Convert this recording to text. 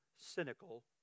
cynical